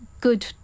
good